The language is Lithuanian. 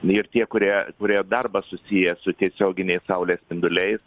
ir tie kurie turėjo darbą susiję su tiesioginiais saulės spinduliais